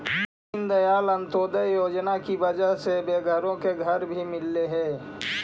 दीनदयाल अंत्योदय योजना की वजह से बेघरों को घर भी मिललई हे